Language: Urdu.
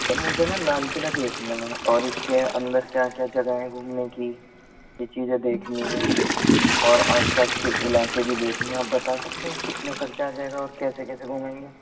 سر مجھے نا لال قلعہ دیکھنا ہے اور اس کے اندر کیا کیا جگہ ہیں گھومنے کی یہ چیزیں دیکھنی ہے اور آس پاس کے علاقے بھی دیکھنے ہیں آپ بتا سکتے ہیں کتنے خرچہ آ جائے گا اور کیسے کیسے گھومیں گے